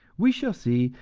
we shall see,